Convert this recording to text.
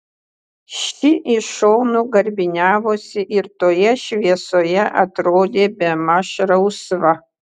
ši iš šonų garbiniavosi ir toje šviesoje atrodė bemaž rausva